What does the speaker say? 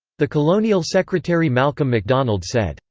the colonial secretary malcolm macdonald said,